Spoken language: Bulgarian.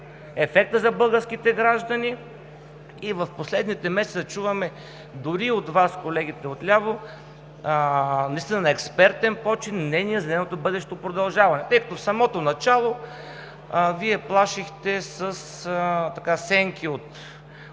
ефекта за българските граждани и в последните месеци чуваме дори от Вас, колегите отляво, наистина на експертен почин мнения за нейното бъдещо продължаване. В самото начало Вие плашихте със сенки от